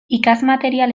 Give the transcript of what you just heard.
ikasmaterial